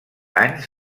anys